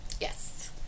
Yes